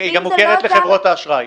היא גם מוכרת לחברות האשראי.